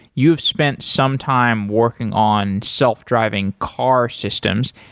you've spent some time working on self-driving car systems.